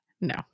No